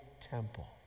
temple